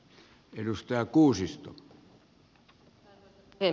arvoisa puhemies